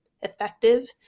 effective